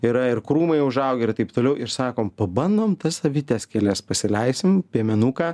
yra ir krūmai užaugę ir taip toliau ir sakom pabandom tas avytes kelias pasileisim piemenuką